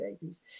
babies